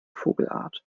vogelart